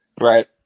Right